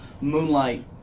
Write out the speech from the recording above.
Moonlight